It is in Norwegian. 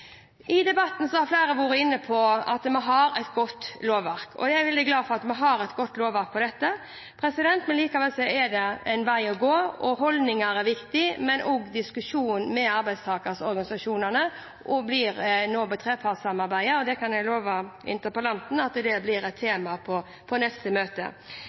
I debatten har flere vært inne på at vi har et godt lovverk, og jeg er veldig glad for at vi har et godt lovverk her, men likevel har vi en vei å gå. Holdninger er viktig, men også diskusjoner med arbeidstakerorganisasjonene i forbindelse med trepartssamarbeidet. Jeg kan love interpellanten at det blir et tema på neste møte.